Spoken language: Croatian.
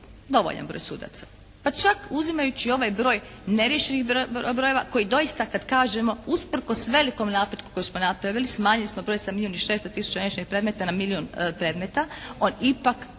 dovoljan broj sudaca, pa čak uzimajući ovaj broj neriješenih brojeva koji doista kad kažemo usprkos velikom napretku koji smo napravili, smanjili smo broj sa milijun i 600 neriješenih predmeta na milijun predmeta. On ipak